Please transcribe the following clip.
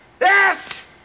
Yes